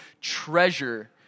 treasure